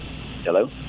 Hello